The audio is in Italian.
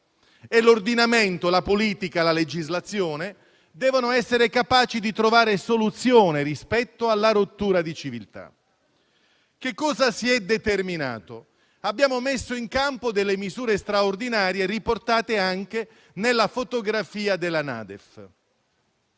L'ordinamento, la politica, la legislazione devono essere capaci di trovare soluzione rispetto alla rottura di civiltà. Cosa si è determinato? Abbiamo messo in campo misure straordinarie, riportate anche nella fotografia della Nota